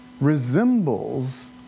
resembles